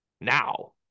now